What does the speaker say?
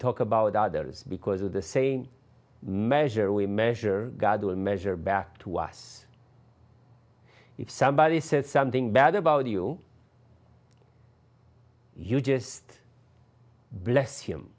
talk about others because of the same measure we measure god or measure back to us if somebody says something bad about you you just bless him